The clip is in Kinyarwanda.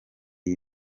iyi